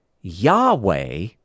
Yahweh